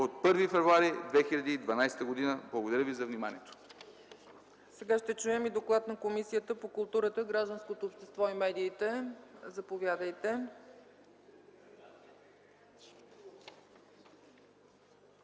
от 1 февруари 2012 г.” Благодаря Ви за вниманието.